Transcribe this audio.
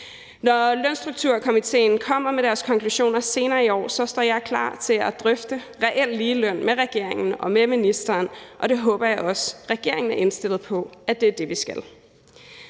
Når Lønstrukturkomitéen kommer med deres konklusioner senere i år, står jeg klar til at drøfte reel ligeløn med regeringen og med ministeren, og det håber jeg også regeringen er indstillet på at vi skal.